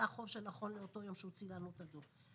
זה החוב שנכון לאותו יום שהוא הוציא לנו את הדוח.